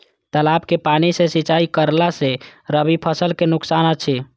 तालाब के पानी सँ सिंचाई करला स रबि फसल के नुकसान अछि?